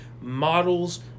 models